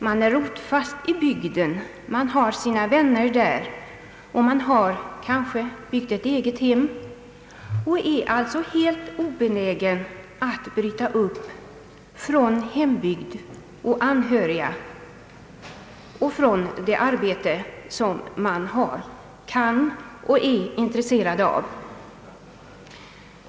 Man är rotfast i bygden, man har sina vänner där och man har kanske byggt ett eget hem och är helt obenägen att bryta upp från hembygd och anhöriga och från det arbete som man har, kan och är intresserad av.